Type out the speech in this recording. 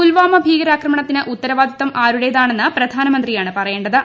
പുൽവാമ ഭീകരാക്രമണത്തിന് ഉത്തരവാദിത്വം ആരുടേതാണെന്ന് പ്രധാമന്ത്രിയാണ് പറയേണ്ടത്